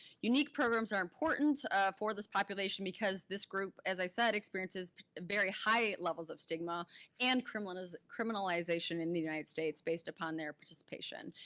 unique programs are important for this population because this group as i said, experiences very high levels of stigma and criminalization criminalization in the united states based upon their participation.